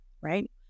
right